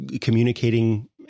communicating